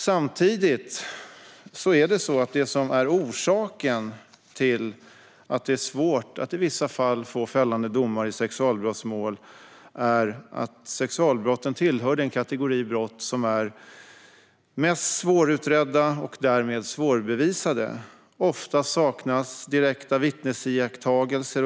Samtidigt är det som är orsaken till att det är svårt att i vissa fall få fällande domar i sexualbrottsmål att sexualbrotten tillhör den kategori brott som är mest svårutredda och därmed svårbevisade. Ofta saknas direkta vittnesiakttagelser.